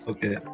Okay